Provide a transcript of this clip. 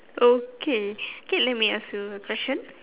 okay okay let me ask you a question